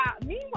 meanwhile